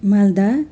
Malda